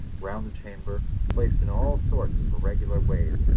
round the chamber, placed in all sorts of irregular ways,